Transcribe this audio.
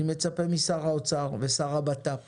אני מצפה משר האוצר ומשר ביטחון הפנים,